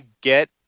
get